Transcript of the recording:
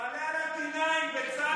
תעלה על ה-D9, בצלאל.